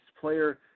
player